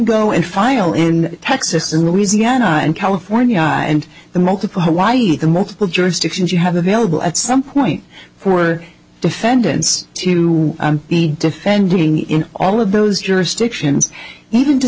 go and file in texas and louisiana and california and the multiple hawaii and multiple jurisdictions you have available at some point for defendants to be defending in all of those jurisdictions even to